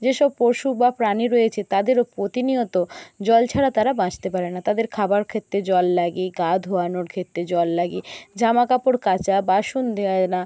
যে সব পশু বা প্রাণী রয়েছে তাদেরও প্রতিনিয়ত জল ছাড়া তারা বাঁচতে পারে না তাদের খাবার খেতে জল লাগে গা ধোয়ানোর ক্ষেত্রে জল লাগে জামা কাপড় কাচা বাসন ধোয়া বা